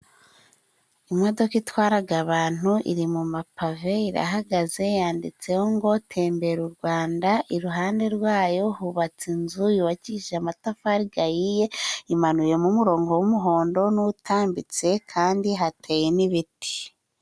Imodoka itwara abantu iri mu mapave irahagaze, yanditseho ngo:" Tembera u Rwanda". Iruhande rwayo hubatse inzu yubakishije amatafari ahiye imanuyemo umurongo w'umuhondo n'utambitse kandi hateye n'ibiti.